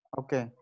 okay